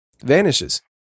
vanishes